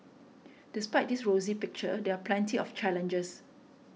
despite this rosy picture there are plenty of challenges